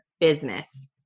business